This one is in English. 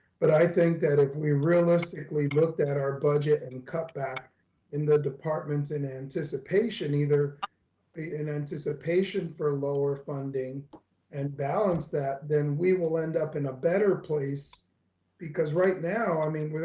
but i think that if we realistically looked at our budget and cut back in the departments in anticipation, either in anticipation for lower funding and balance that then we will end up in a better place because right now, i mean,